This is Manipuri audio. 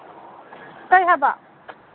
ꯀꯩ ꯍꯥꯏꯕ